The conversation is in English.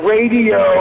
Radio